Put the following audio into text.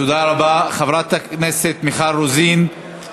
הוא הצביע בעד בוועדת השרים לחקיקה.